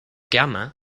gamma